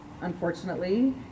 unfortunately